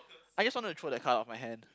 I just want to throw that card off my hand